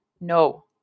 No